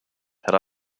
had